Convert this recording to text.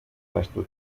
national